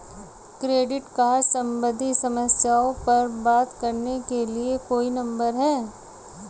Credit card सम्बंधित समस्याओं पर बात करने के लिए कोई नंबर है?